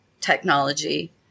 technology